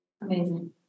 Amazing